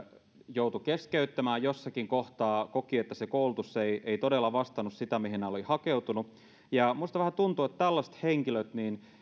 joutui keskeyttämään jossakin kohtaa koki että se koulutus ei todella vastannut sitä mihin hän oli hakeutunut ja minusta vähän tuntuu että tällaiset henkilöt